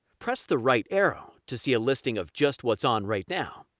press the right arrow to see a listing of just what's on right now.